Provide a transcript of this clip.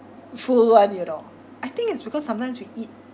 full [one] you know I think it's because sometimes we eat